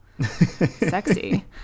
sexy